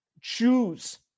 choose